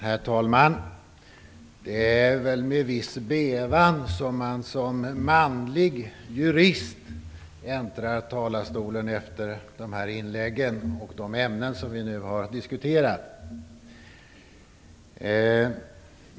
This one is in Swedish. Herr talman! Det är med viss bävan som man som manlig jurist äntrar talarstolen efter dessa inlägg, med de ämnen vi nu har att diskutera.